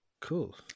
Cool